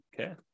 Okay